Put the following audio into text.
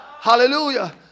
Hallelujah